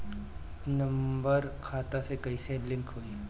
Number खाता से कईसे लिंक होई?